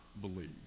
believe